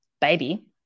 baby